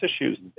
issues